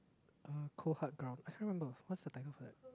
uh cold hard ground I can't remember what is the title for that